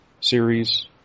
series